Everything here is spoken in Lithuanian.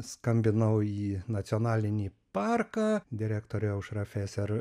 skambinau į nacionalinį parką direktorė aušra feser